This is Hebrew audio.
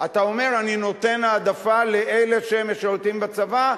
אתה אומר: אני נותן העדפה לאלה שהם משרתים בצבא,